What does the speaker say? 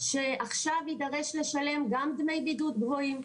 שעכשיו יידרש לשלם גם דמי בידוד גבוהים,